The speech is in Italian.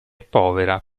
povera